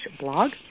blog